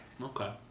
okay